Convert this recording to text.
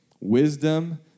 Wisdom